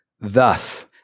Thus